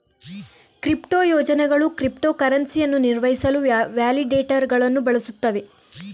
crypto ಯೋಜನೆಗಳು crypto ಕರೆನ್ಸಿಯನ್ನು ನಿರ್ವಹಿಸಲು ವ್ಯಾಲಿಡೇಟರುಗಳನ್ನು ಬಳಸುತ್ತವೆ